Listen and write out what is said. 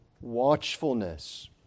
watchfulness